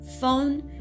Phone